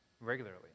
regularly